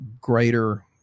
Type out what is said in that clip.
greater